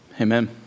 Amen